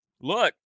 look